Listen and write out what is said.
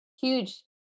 huge